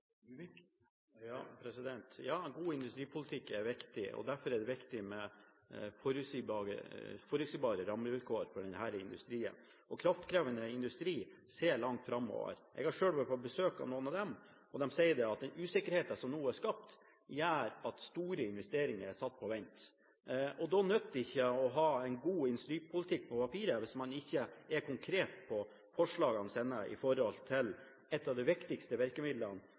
Ja, god industripolitikk er viktig, og derfor er det viktig med forutsigbare rammevilkår for denne industrien. Kraftkrevende industri ser langt framover. Jeg har selv vært på besøk hos noen av dem, og de sier at den usikkerheten som nå er skapt, gjør at store investeringer er satt på vent. Da nytter det ikke å ha en god industripolitikk på papiret hvis man ikke er konkret på forslagene sine når det gjelder et av de viktigste virkemidlene,